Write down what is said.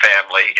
family